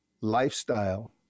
lifestyle